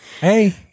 Hey